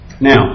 Now